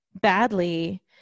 badly